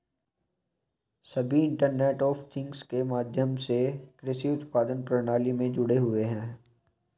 सभी internet of things के माध्यम से कृषि उत्पादन प्रणाली में जुड़े हुए हैं